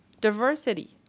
diversity